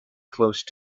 close